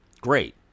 great